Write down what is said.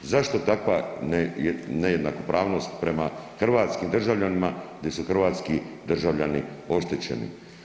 Zašto takva ne jednakopravnost prema hrvatskim državljanima gdje su hrvatski državljani oštećeni?